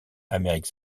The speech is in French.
amérique